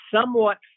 somewhat